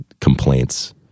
complaints